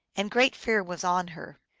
and great fear was on her.